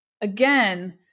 again